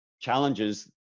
challenges